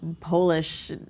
Polish